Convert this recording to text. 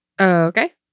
Okay